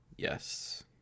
Yes